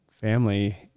family